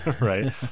right